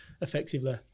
effectively